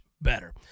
better